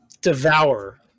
devour